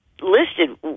listed